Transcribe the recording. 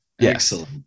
Excellent